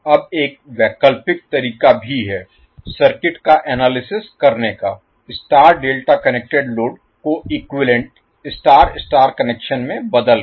अब एक वैकल्पिक तरीका भी है सर्किट का एनालिसिस करने का स्टार डेल्टा कनेक्टेड लोड को इक्विवैलेन्ट स्टार स्टार कनेक्शन में बदल के